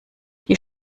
die